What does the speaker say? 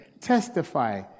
Testify